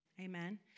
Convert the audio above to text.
Amen